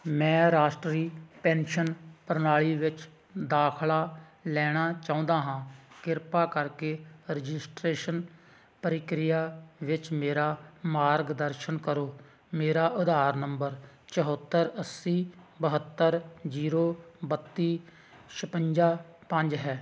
ਮੈਂ ਰਾਸ਼ਟਰੀ ਪੈਨਸ਼ਨ ਪ੍ਰਣਾਲੀ ਵਿੱਚ ਦਾਖਲਾ ਲੈਣਾ ਚਾਹੁੰਦਾ ਹਾਂ ਕਿਰਪਾ ਕਰਕੇ ਰਜਿਸਟ੍ਰੇਸ਼ਨ ਪ੍ਰਕਿਰਿਆ ਵਿੱਚ ਮੇਰਾ ਮਾਰਗਦਰਸ਼ਨ ਕਰੋ ਮੇਰਾ ਆਧਾਰ ਨੰਬਰ ਚਹੱਤਰ ਅੱਸੀ ਬਹੱਤਰ ਜੀਰੋ ਬੱਤੀ ਛਪੰਜਾ ਪੰਜ ਹੈ